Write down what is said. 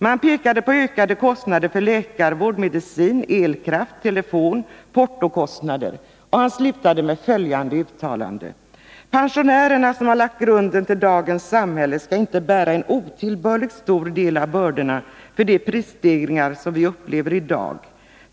Han pekade på ökade kostnader för läkarvård, medicin, elkraft, telefon och portokostnader, och han slutade med följande uttalande: ”Pensionärerna, som har lagt grunden till dagens samhälle, skall inte bära en otillbörligt stor del av bördorna för de prisstegringar som vi upplever i dag.